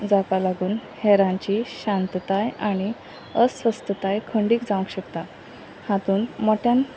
जाका सागून हेरांची शांतताय आनी अस्वस्थताय खंडीक जावंक शकता हातून मोट्यान